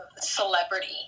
celebrity